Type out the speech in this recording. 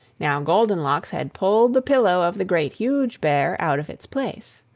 now goldenlocks had pulled the pillow of the great, huge bear out of its place.